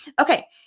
Okay